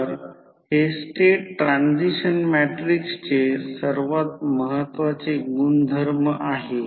तर transformer rating volt एम्पीयरमध्ये V2 I2 आहे